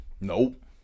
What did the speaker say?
Nope